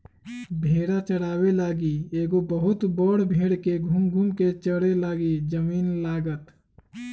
भेड़ा चाराबे लागी एगो बहुत बड़ भेड़ के घुम घुम् कें चरे लागी जमिन्न लागत